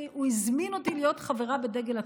הוא הזמין אותי להיות חברה בדגל התורה.